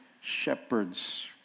shepherds